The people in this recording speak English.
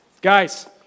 guys